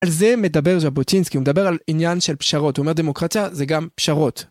על זה מדבר ז'בוטינסקי, הוא מדבר על עניין של פשרות, הוא אומר דמוקרטיה זה גם פשרות.